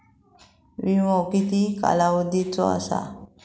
विमो किती कालावधीचो असता?